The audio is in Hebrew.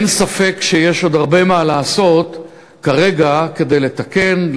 אין ספק שיש עוד הרבה מה לעשות כרגע כדי לתקן,